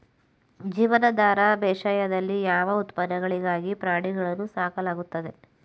ಜೀವನಾಧಾರ ಬೇಸಾಯದಲ್ಲಿ ಯಾವ ಉತ್ಪನ್ನಗಳಿಗಾಗಿ ಪ್ರಾಣಿಗಳನ್ನು ಸಾಕಲಾಗುತ್ತದೆ?